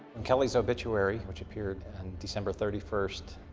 kelley's obituary, which appeared on december thirty first,